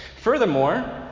Furthermore